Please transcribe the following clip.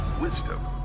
wisdom